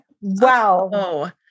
Wow